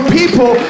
people